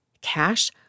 Cash